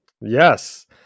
Yes